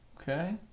Okay